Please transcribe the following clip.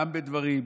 גם בדברים,